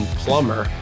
plumber